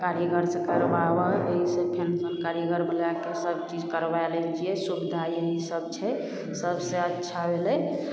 कारीगरसे करबाबऽ एहिसे फेरसे कारीगर मँगैके सबचीज करबै लै छिए सुविधा एहि सब छै सबसे अच्छा भेलै